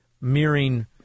mirroring